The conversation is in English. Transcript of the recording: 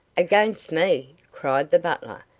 against me! cried the butler.